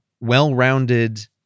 well-rounded